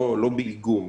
לא באיגום,